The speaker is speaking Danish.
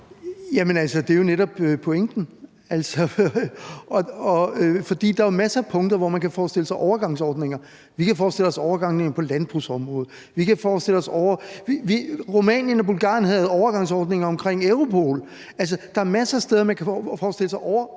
netop pointen. For der er jo masser af punkter, hvor man kan forestille sig overgangsordninger. Vi kan forestille os overgange på landbrugsområdet. Rumænien og Bulgarien havde overgangsordninger omkring Europol. Altså, der er masser af steder, hvor man kan forestille sig